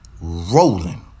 rolling